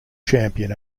champion